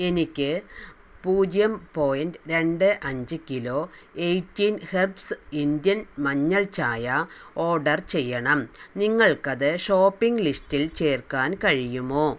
എനിക്ക് പൂജ്യം പോയിന്റ് രണ്ട് അഞ്ച് കിലോ ഏയ്റ്റീൻ ഹെർബ്സ് ഇന്ത്യൻ മഞ്ഞൾ ചായ ഓഡർ ചെയ്യണം നിങ്ങൾക്കത് ഷോപ്പിംഗ് ലിസ്റ്റിൽ ചേർക്കാൻ കഴിയുമോ